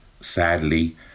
sadly